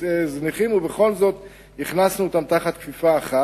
ובכל זאת הכנסנו אותם בכפיפה אחת.